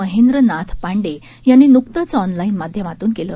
महेंद्रनाथपांडेयांनीन्कतंचऑनलाईनमाध्यमातूनकेलं